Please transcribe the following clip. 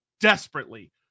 desperately